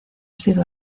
sido